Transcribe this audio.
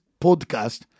podcast